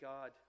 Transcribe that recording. God